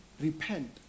repent